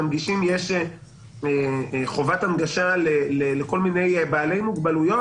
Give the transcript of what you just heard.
יש חובת הנגשה לכל מיני בעלי מוגבלויות.